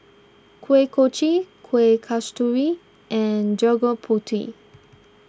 Kuih Kochi Kueh Kasturi and Gudeg Putih